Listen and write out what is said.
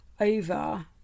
over